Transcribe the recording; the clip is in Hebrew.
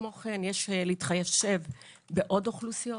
יש להתחשב בעוד אוכלוסיות